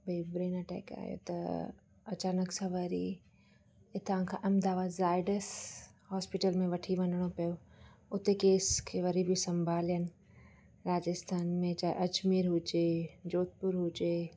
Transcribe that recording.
भई brain attack आहियो त अचानक सां वरी हितां खां अहमदाबाद ज़ाएडस हॉस्पिटल में वठी वञिणो पियो उते केस खे वरी बि संभालिअनि राजस्थान में चाहे अजमेर हुजे जोधपुर हुजे